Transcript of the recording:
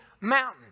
mountain